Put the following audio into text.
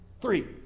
Three